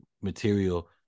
material